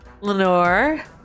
Lenore